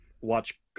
watch